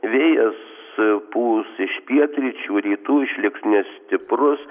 vėjas pūs iš pietryčių rytų išliks nestiprus